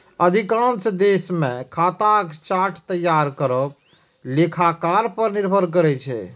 अधिकांश देश मे खाताक चार्ट तैयार करब लेखाकार पर निर्भर करै छै